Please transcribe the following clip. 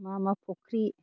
मा मा फख्रि